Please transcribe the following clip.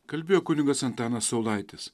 kalbėjo kunigas antanas saulaitis